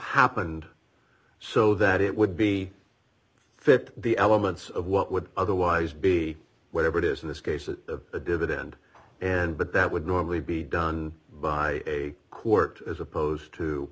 happened so that it would be fit the elements of what would otherwise be whatever it is in this case is a dividend and but that would normally be done by a court as opposed to